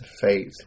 faith